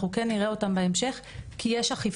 אנחנו כן נראה אותם בהמשך כי יש אכיפה.